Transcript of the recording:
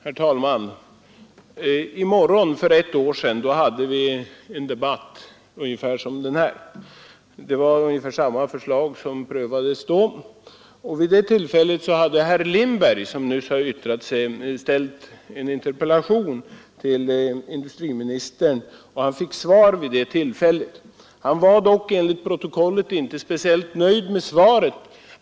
Herr talman! I morgon för ett år sedan hade vi en liknande debatt. Ungefär samma förslag prövades då. Herr Lindberg hade riktat en interpellation till industriministern, och han fick svar vid det tillfället. Han var dock enligt protokollet inte speciellt nöjd med svaret.